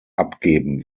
abgeben